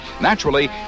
Naturally